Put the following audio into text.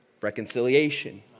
reconciliation